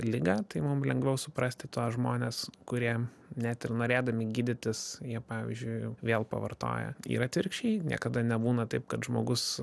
ligą tai mum lengviau suprasti tuos žmones kurie net ir norėdami gydytis jie pavyzdžiui vėl pavartoja ir atvirkščiai niekada nebūna taip kad žmogus